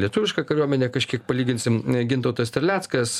lietuviška kariuomenė kažkiek palyginsim gintautas terleckas